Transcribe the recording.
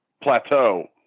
plateau